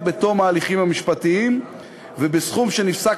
אלא בתום ההליכים המשפטיים ובסכום שנפסק